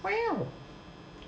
!wow!